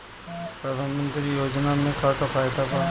प्रधानमंत्री योजना मे का का फायदा बा?